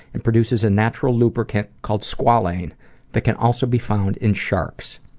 and produces a natural lubricant called squalene that can also be found in sharks.